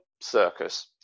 circus